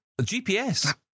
GPS